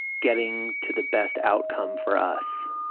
getting to the best outcome for us,